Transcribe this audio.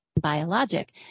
biologic